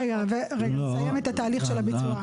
רגע, נסיים את התהליך של הביצוע.